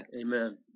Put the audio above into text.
Amen